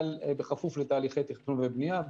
אבל בכפוף לתהליכי תכנון ובנייה,